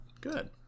Good